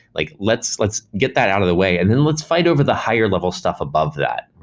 like let's let's get that out of the way and then let's fight over the higher-level stuff above that.